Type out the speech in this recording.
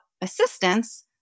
assistance